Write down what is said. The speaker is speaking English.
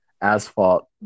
asphalt